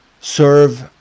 serve